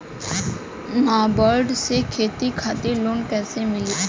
नाबार्ड से खेती खातिर लोन कइसे मिली?